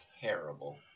terrible